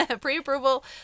Pre-approval